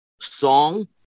song